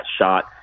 shot